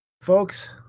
folks